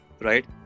right